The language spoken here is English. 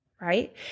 right